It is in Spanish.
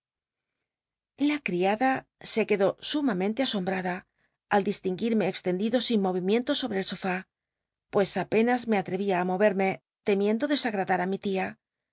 la eriada se c ucdó sumamente nsombrad j al distinguirme extendido sin movimiento sobre el sofá pues apenas me atrevía á moverme temiendo desagradar á mi tia